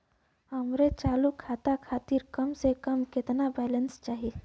हमरे चालू खाता खातिर कम से कम केतना बैलैंस चाही?